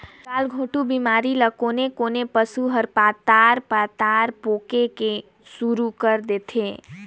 गलघोंटू बेमारी ले कोनों कोनों पसु ह पतार पतार पोके के सुरु कर देथे